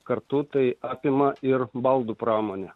kartu tai apima ir baldų pramonę